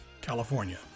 California